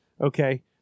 okay